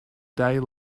day